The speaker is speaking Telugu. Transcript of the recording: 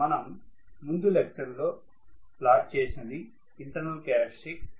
మనం ముందు లెక్చర్ లో ప్లాట్ చేసినది ఇంటర్నల్ క్యారక్టర్య్స్టిక్స్